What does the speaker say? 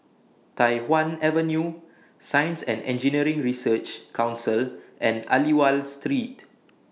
Tai Hwan Avenue Science and Engineering Research Council and Aliwal Street